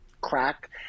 crack